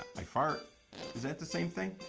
i fart is that the same thing?